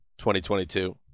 2022